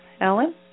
Ellen